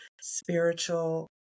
spiritual